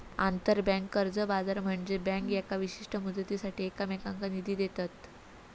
आंतरबँक कर्ज बाजार म्हनजे बँका येका विशिष्ट मुदतीसाठी एकमेकांनका निधी देतत